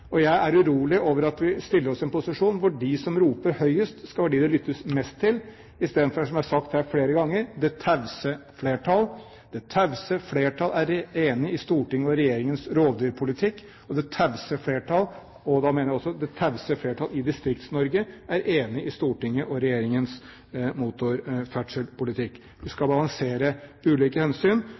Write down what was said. Jeg er urolig over at vi stiller oss i en posisjon hvor de som roper høyest, skal være de det lyttes mest til – i stedet for, som jeg har sagt her flere ganger, det tause flertall. Det tause flertall er enig i Stortinget og regjeringens rovdyrpolitikk, og det tause flertall – også det tause flertall i Distrikts-Norge – er enig i Stortinget og regjeringens motorferdselspolitikk. Vi skal balansere ulike hensyn,